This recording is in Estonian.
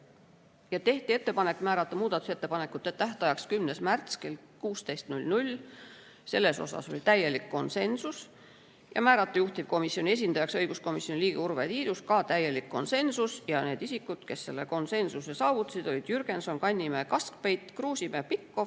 Ja tehti ettepanek määrata muudatusettepanekute tähtajaks 10. märts kell 16 – selles osas oli täielik konsensus – ja määrata juhtivkomisjoni esindajaks õiguskomisjoni liige Urve Tiidus. Ka täielik konsensus ja need isikud, kes selle konsensuse saavutasid, olid Jürgenson, Kannimäe, Kaskpeit, Kruusimäe, Pikhof,